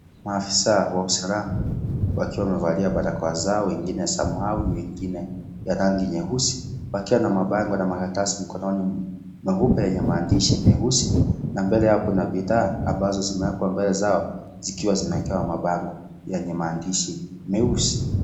Maafisa wa usalama wakiwa wamevalia barakoa zao, wengina samau wengine ya rangi nyeusi, wakiwa na mabango na maratasi mikononi mweupe yenye maandishi meusi. Na mbele yao kuna bidhaa ambazo zimewekwa mbele zao zikiwa zimewekewa mabango yenye maandishi meusi.